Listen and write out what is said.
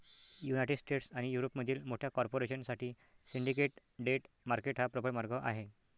United States आणि युरोपमधील मोठ्या कॉर्पोरेशन साठी सिंडिकेट डेट मार्केट हा प्रबळ मार्ग आहे